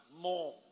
More